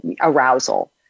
arousal